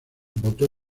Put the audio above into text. voto